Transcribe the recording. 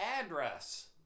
address